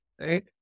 right